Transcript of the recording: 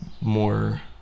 More